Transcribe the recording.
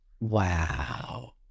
Wow